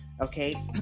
okay